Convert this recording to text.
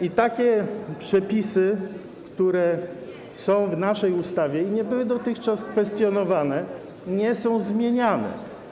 I takie przepisy, które są w naszej ustawie i nie były dotychczas kwestionowane, nie są zmieniane.